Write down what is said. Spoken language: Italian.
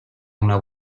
una